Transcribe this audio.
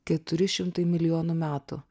keturi šimtai milijonų metų